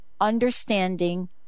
understanding